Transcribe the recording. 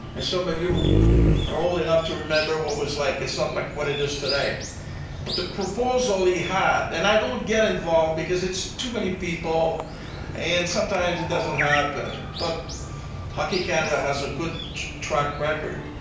and some of you are old enough to remember what was like, it's something like what it is today but the proposal he had, and i don't get involved because it's too many people and sometimes, it doesn't happen but hockey canada has a good track record.